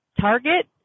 target